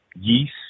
yeast